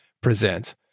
presents